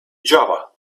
java